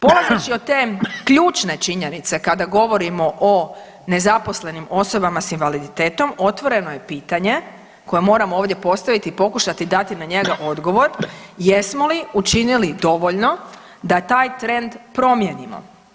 Polazeći od te ključne činjenice kada govorimo o nezaposlenim osobama s invaliditetom otvoreno je pitanje koje moramo ovdje postaviti, pokušati dati na njega odgovor jesmo li učinili dovoljno da taj trend promijenimo.